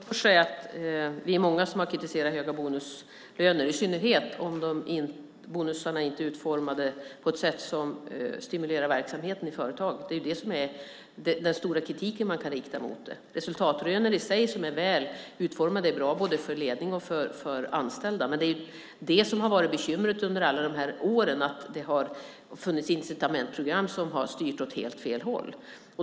Fru talman! Vi är många som har kritiserat höga bonuslöner och i synnerhet att bonusarna inte är utformade på ett sådant sätt att de stimulerar verksamheten i företagen. Det är den stora kritiken man kan rikta mot det. Resultatlöner i sig som är väl utformade är bra för både ledning och anställda. Det som har varit bekymret under alla dessa år är att det har funnits incitamentsprogram som har styrt åt helt fel håll.